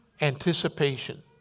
anticipation